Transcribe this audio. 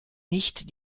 nicht